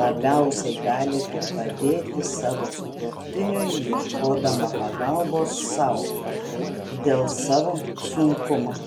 labiausiai galite padėti savo sutuoktiniui ieškodama pagalbos sau dėl savo sunkumo